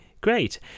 great